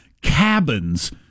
cabins